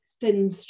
Thin